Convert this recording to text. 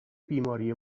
بیماری